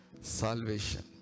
Salvation